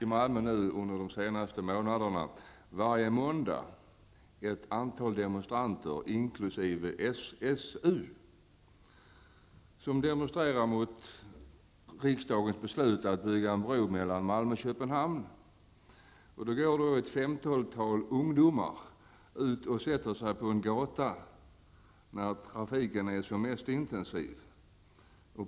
I Malmö har under de senaste månaderna ett antal demonstranter, inkl. SSU, varje måndag demonstrerat mot riksdagens beslut att bygga en bro mellan Malmö och Köpenhamn. Då går ett femtontal ungdomar och sätter sig på gatan när trafiken är som mest intensiv.